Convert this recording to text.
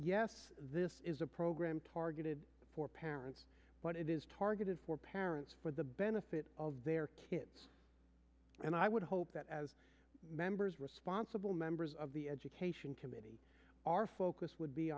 yes this is a program targeted for parents what it is targeted for parents for the benefit of their kids and i would hope that as members responsible members of the education committee our focus would be